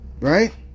right